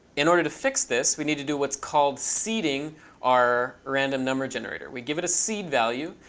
in order to fix this, we need to do what's called seeding our random number generator. we give it a seed value.